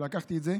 ולקחתי את זה.